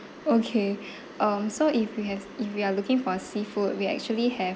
okay um so if you have if you are looking for seafood we actually have